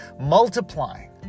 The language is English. multiplying